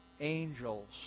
angels